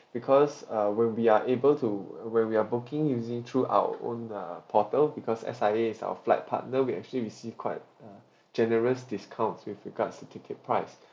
because uh when we are able to when we are booking using through our own uh portal because S_I_A is our flight partner we actually receive quite a generous discounts with regards to ticket price